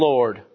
Lord